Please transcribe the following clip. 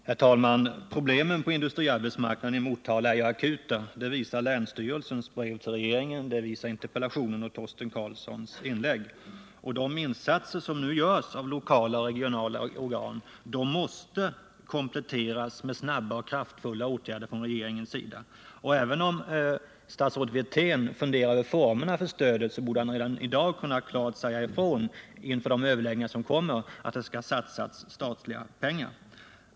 Herr talman! Problemen på industriarbetsmarknaden i Motala är akuta. Det visar länsstyrelsens brev till regeringen och det visar interpellationen och Torsten Karlssons inlägg. De insatser som nu görs av lokala och regionala organ måste kompletteras med snabba och kraftfulla åtgärder från regeringens sida. Även om statsrådet Wirtén funderar över formerna för stödet borde han redan i dag, inför de överläggningar som kommer, klart kunna säga att det skall satsas statliga pengar.